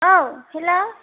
औ हेल'